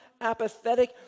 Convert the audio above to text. apathetic